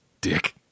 dick